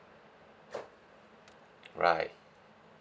right